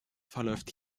verläuft